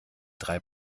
drei